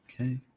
okay